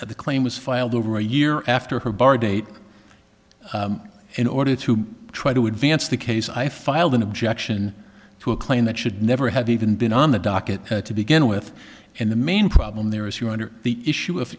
so the claim was filed over a year after her birth date in order to try to advance the case i filed an objection to a claim that should never have even been on the docket to begin with and the main problem there is your honor the issue of